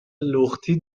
لختی